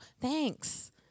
thanks